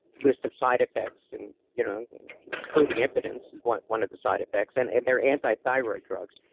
list of side effects, and you know including impotence as one one of the side effects, and and they're anti-thyroid drugs.